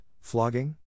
flogging